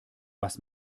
was